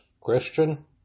Christian